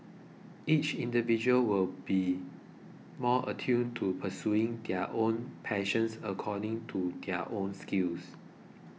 each individual will be more attuned to pursuing their own passions according to their own skills